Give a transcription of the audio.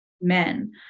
men